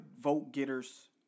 vote-getters